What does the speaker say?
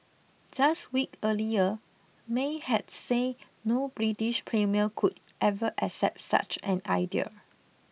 just week earlier May had said no British premier could ever accept such an idea